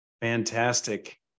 fantastic